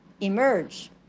emerge